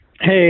hey